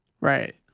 right